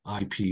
IP